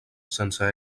sense